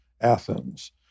Athens